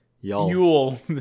Yule